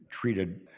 treated